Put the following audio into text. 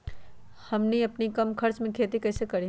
हमनी कम खर्च मे खेती कई से करी?